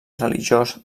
religiós